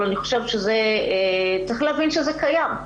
אבל צריך להבין שזה קיים.